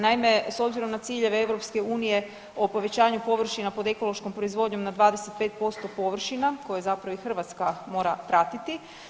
Naime, s obzirom na ciljeve EU o povećanju površina pod ekološkom proizvodnjom na 25% površina koje zapravo i Hrvatska mora pratiti.